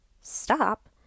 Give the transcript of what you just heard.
stop